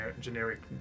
generic